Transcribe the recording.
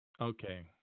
Okay